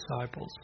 disciples